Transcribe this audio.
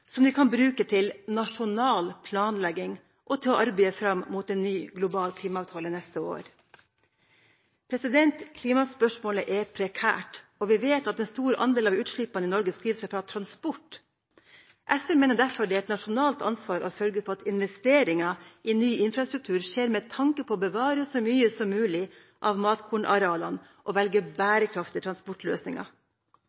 som de kan bruke til nasjonal planlegging og til å arbeide fram mot en ny global klimaavtale neste år.» Klimaspørsmålet er prekært, og vi vet at en stor andel av utslippene i Norge skriver seg fra transport. SV mener derfor det er et nasjonalt ansvar å sørge for at investeringer i ny infrastruktur skjer med tanke på å bevare så mye som mulig av matkornarealene og ved å velge